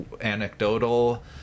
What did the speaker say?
anecdotal